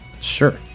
Sure